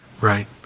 Right